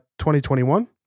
2021